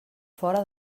fora